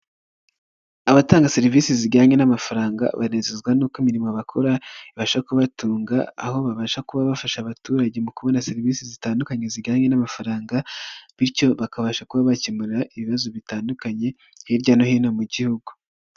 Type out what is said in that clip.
Abatanga serivisi zijyanye n'amafaranga banezezwa n'uko imirimo bakora ibasha kubatunga, aho babasha kuba bafasha abaturage mu kubona serivisi zitandukanye zijyanye n'amafaranga bityo bakabasha kuba bakemura ibibazo bitandukanye hirya no hino mu gihugu.